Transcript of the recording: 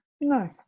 No